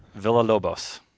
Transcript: Villalobos